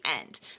end